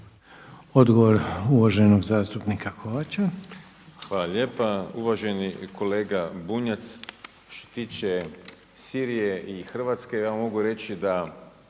Odgovor uvaženog zastupnika Kovača. **Kovač, Miro (HDZ)** Hvala lijepa. Uvaženi kolega Bunjac, što se tiče Sirije i Hrvatske ja mogu reći da